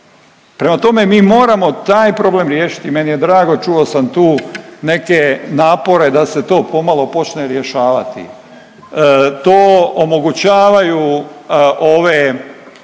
Prema tome, mi moramo taj problem riješiti i meni je drago čuo sam tu neke napore da se to pomalo počne rješavati. To omogućavaju ove